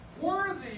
worthy